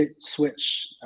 switch